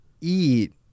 eat